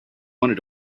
wanted